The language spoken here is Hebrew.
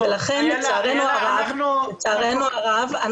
לכן לצערנו הרב אנחנו